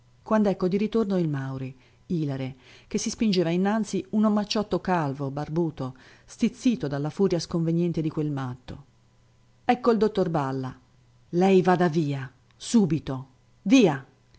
notturni quand'ecco di ritorno il mauri ilare che si spingeva innanzi un omacciotto calvo barbuto stizzito dalla furia sconveniente di quel matto ecco il dottor balla lei vada via subito via